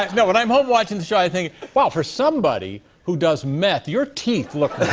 no. when i'm home watching the show, i think, wow, for somebody who does meth, your teeth look